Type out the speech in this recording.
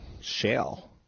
shale